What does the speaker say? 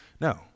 No